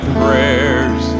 prayers